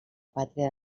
pàtria